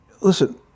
listen